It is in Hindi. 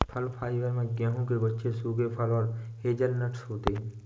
फल फाइबर में गेहूं के गुच्छे सूखे फल और हेज़लनट्स होते हैं